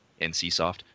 NCSoft